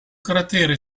cratere